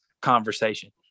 conversation